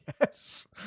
Yes